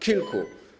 Kilku.